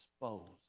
exposed